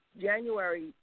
January